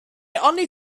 only